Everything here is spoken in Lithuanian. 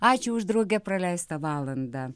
ačiū už drauge praleistą valandą